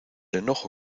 enojo